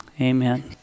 Amen